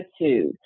attitude